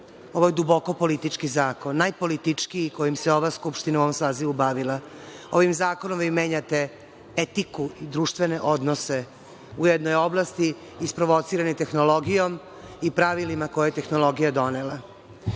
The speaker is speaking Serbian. Ovo je duboko politički zakon, najpolitičkiji kojim se ova Skupština u ovom sazivu bavila. Ovim zakonom vi menjate etiku i društvene odnose u jednoj oblasti, isprovocirani tehnologijom i pravilima koje je tehnologija donela. Ja